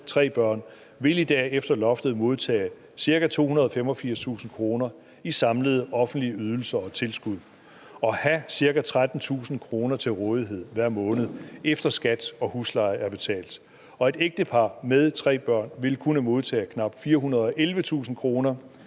tre børn vil i dag efter loftet modtaget ca. 285.000 kr. i samlede offentlige ydelser og tilskud og have ca. 13.000 kr. til rådighed hver måned, efter at skat og husleje er betalt. Og et ægtepar med tre børn vil kunne modtage knap 411.000 kr.